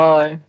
Bye